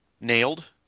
nailed